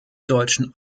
deutschen